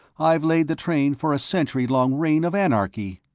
i've laid the train for a century-long reign of anarchy!